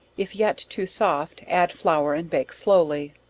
if yet too soft add flour and bake slowly.